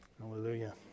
Hallelujah